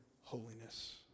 holiness